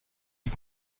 est